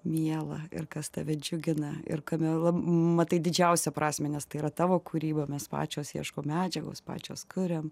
miela ir kas tave džiugina ir kame matai didžiausią prasmę nes tai yra tavo kūryba mes pačios ieškom medžiagos pačios kuriam